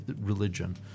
religion